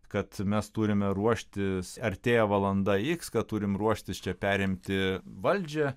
kad mes turime ruoštis artėja valanda iks kad turim ruoštis čia perimti valdžią